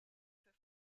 for